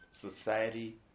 society